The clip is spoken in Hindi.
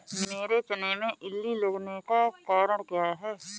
मेरे चने में इल्ली लगने का कारण क्या है?